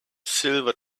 silver